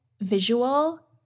visual